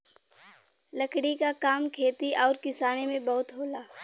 लकड़ी क काम खेती आउर किसानी में बहुत होला